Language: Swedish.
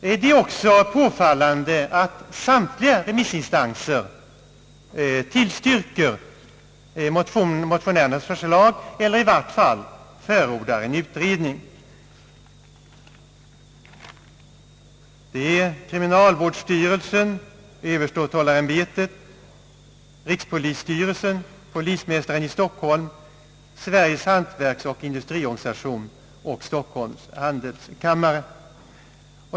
Det är också påfallande att samtliga remissinstanser tillstyrker motionärernas förslag eller i vart fall förordar en utredning, nämligen kriminalvårdsstyrelsen, överståthållarämbetet, rikspolisstyrelsen, polismästaren i Stockholm, Sveriges hantverksoch industriorganisation och Stockholms handelskammare.